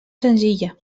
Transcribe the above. senzilla